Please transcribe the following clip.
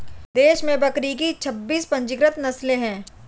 देश में बकरी की छब्बीस पंजीकृत नस्लें हैं